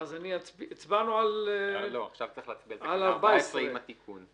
נצביע על תקנה 14 כולל התיקון.